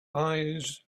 eyes